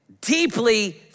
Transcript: deeply